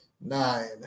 Nine